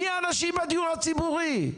מי האנשים בדיור הציבורי?